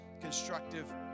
constructive